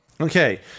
Okay